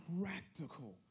practical